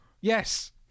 yes